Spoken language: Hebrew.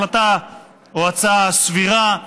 החלטה או הצעה סבירה,